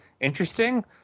interesting